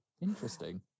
Interesting